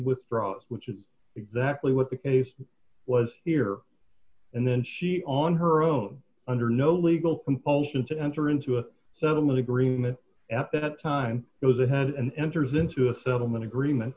withdraws which is exactly what the case was here and then she on her own under no legal compulsion to enter into a settlement agreement at that time it was ahead and enters into a settlement agreement